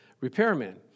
repairman